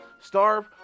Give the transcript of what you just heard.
starve